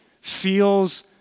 feels